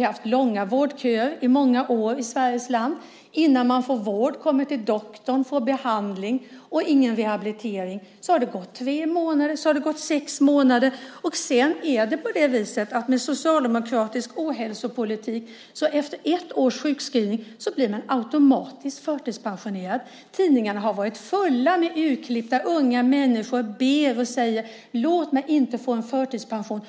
har haft långa vårdköer i många år i Sveriges land. Innan man får vård, kommer till doktorn, får behandling och rehabilitering har det gått tre månader eller sex månader. Med socialdemokratisk ohälsopolitik blir man efter ett års sjukskrivning automatiskt förtidspensionerad. Tidningarna har varit fulla med artiklar om unga människor som ber: Låt mig inte få förtidspension!